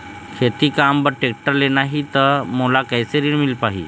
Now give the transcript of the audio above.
खेती काम बर टेक्टर लेना ही त मोला कैसे ऋण मिल पाही?